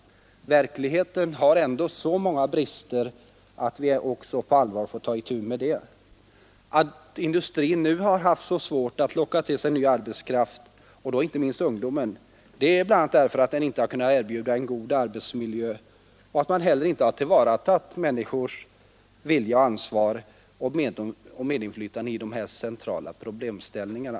Verkligheten har ändå så många brister att vi också på allvar måste ta itu med dem. Att industrin nu har så svårt att locka till sig ny arbetskraft — då inte minst ungdomen — beror bl.a. på att den inte har kunnat erbjuda en god = Nr 113 arbetsmiljö och att man heller inte har tillvaratagit människors vilja till Torsdagen den ansvar och medinflytande i de här centrala problemställningarna.